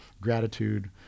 gratitude